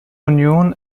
union